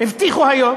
הבטיחו היום,